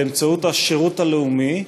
באמצעות השירות הלאומי,